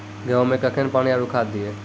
गेहूँ मे कखेन पानी आरु खाद दिये?